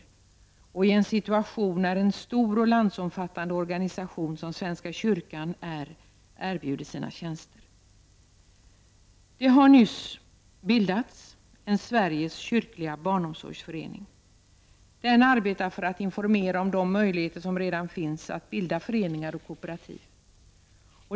Det är i en sådan situation som en stor och landsomfattande organisation som svenska kyrkan erbjuder sina tjänster. Det har nyss bildats en Sveriges kyrkliga barnomsorgsförening. Den arbetar för att informera om de möjligheter som redan finns att bilda föreningar och kooperativ.